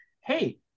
hey